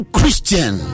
Christian